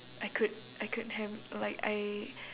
I could I could have like I